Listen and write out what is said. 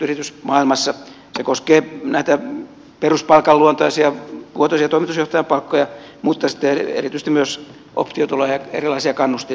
se koskee näitä peruspalkan luonteisia vuotuisia toimitusjohtajan palkkoja mutta sitten erityisesti myös optiotuloja ja erilaisia kannustinrahoja